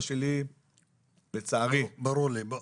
ברור לי,